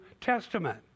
Testament